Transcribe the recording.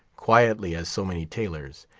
quietly as so many tailors,